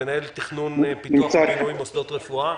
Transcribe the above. מנהל תכנון פיתוח ובינוי מוסדות רפואה.